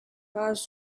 has